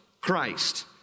Christ